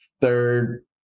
third